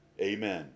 Amen